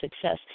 success